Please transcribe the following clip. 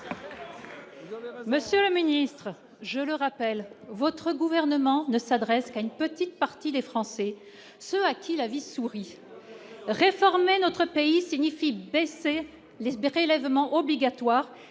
Monsieur le ministre, je le rappelle, votre gouvernement ne s'adresse qu'à une petite partie des Français ce Attila vie sourit réformer notre pays signifie baisser l'espérer lavement obligatoire